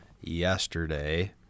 yesterday